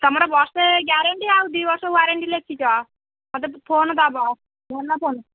ତୁମର ବର୍ଷେ ଗ୍ୟାରେଣ୍ଟି ଆଉ ଦୁଇ ବର୍ଷ ୱାରେଣ୍ଟି ଲେଖିଛ ମତେ ଫୋନ୍ ଦେବ ଭଲ ଫୋନ୍